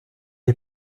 est